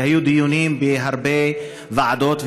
והיו דיונים בהרבה ועדות,